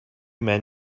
men